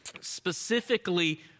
specifically